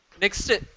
Next